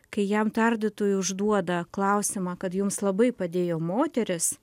kai jam tardytojai užduoda klausimą kad jums labai padėjo moterys